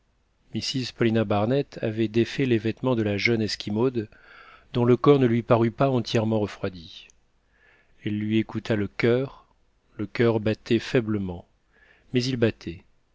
mrs paulina barnett avait défait les vêtements de la jeune esquimaude dont le corps ne lui parut pas entièrement refroidi elle lui écouta le coeur le coeur battait faiblement mais il battait